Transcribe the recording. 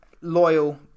loyal